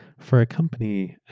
for a company,